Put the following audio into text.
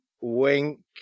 wink